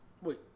Wait